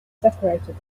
separated